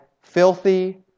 filthy